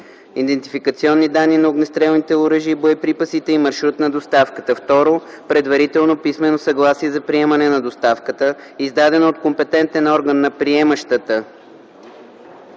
идентификационни данни на огнестрелните оръжия и боеприпасите и маршрут на доставката; 2. предварително писмено съгласие за приемане на доставката, издадено от компетентен орган на приемащата